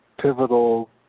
pivotal